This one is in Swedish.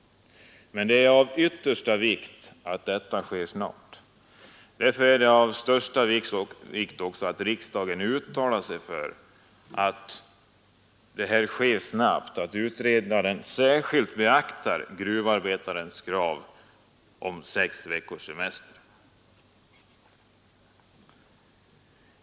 Men det är av yttersta vikt att detta sker snart. Det är därför av största betydelse att riksdagen uttalar sig för att utredningen genomföres snabbt och att utredaren särskilt beaktar gruvarbetarnas krav på sex veckors semester.